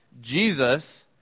Jesus